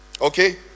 okay